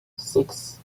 six